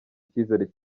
icyizere